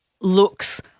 looks